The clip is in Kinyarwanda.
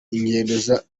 ingendo